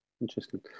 Interesting